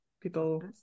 People